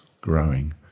growing